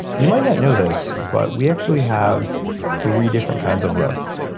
you might not know this, but we actually have three different kinds of roasts.